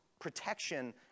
...protection